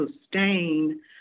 sustain